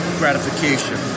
gratification